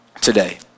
today